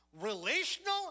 relational